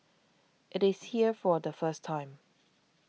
it is here for the first time